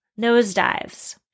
nosedives